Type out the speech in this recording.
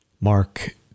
Mark